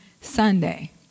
Sunday